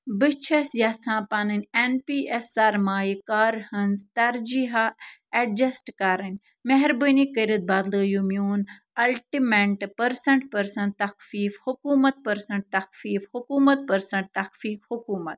بہٕ چھیٚس یژھان پَنٕنۍ ایٚن پی ایٚس سرمایہِ کارٕ ہنٛز ترجیٖحات ایٚڈجَسٹ کَرٕنۍ مہربٲنۍ کٔرِتھ بدلٲیو میٛون اَلٹِمیٚنٛٹہٕ پٔرسن ٹُو پٔرسن تخفیٖف حکوٗمَت پٔرسن تخفیٖف حکوٗمَت پٔرسن تخفیٖف حکوٗمت